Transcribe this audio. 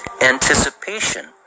anticipation